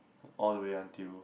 all the way until